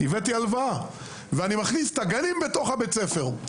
הבאתי הלוואה ואני מכניס את הגנים בתוך בית הספר.